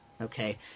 okay